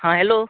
हाँ हैलो